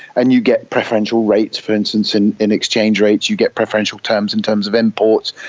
and you get preferential rates, for instance, in in exchange rates, you get preferential terms in terms of imports.